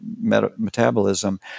metabolism